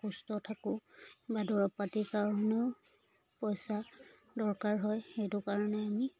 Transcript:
অসুস্থ থাকো বা দৰৱ পাতিৰ কাৰণেও পইচা দৰকাৰ হয় সেইটো কাৰণে আমি